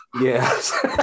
Yes